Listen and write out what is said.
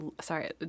sorry